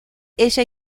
ella